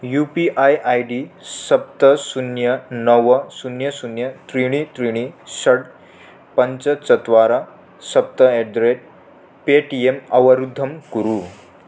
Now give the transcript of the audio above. UPI ID सप्त शून्यं नव शून्यं शून्यं त्रीणि त्रीणि षड् पञ्च चत्वारि सप्त एट् द रेट् पेटिएम् अवरुद्धं कुरु